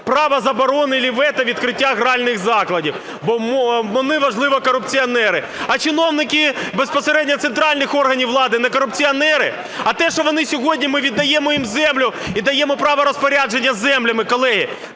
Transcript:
права заборони чи вето відкриття гральних закладів, бо вони, можливо, корупціонери. А чиновники безпосередньо центральних органів влади не корупціонери? А те, що вони сьогодні ми віддаємо їм землю і даємо їм право розпорядження землями, колеги